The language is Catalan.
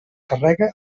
carrega